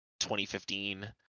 2015